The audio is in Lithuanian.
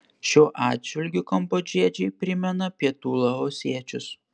šiuo atžvilgiu kambodžiečiai primena pietų laosiečius